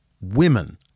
Women